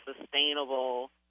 sustainable